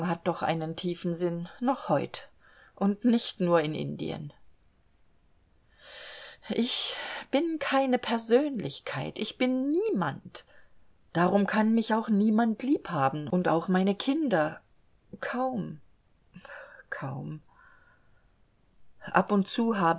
hat doch einen tiefen sinn noch heut und nicht nur in indien ich bin keine persönlichkeit ich bin niemand darum kann mich auch niemand lieb haben und auch meine kinder kaum kaum ab und zu